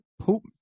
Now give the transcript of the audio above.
poop